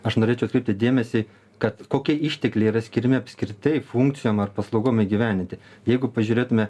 aš norėčiau atkreipti dėmesį kad kokie ištekliai yra skiriami apskritai funkcijom ar paslaugom įgyvendinti jeigu pažiūrėtume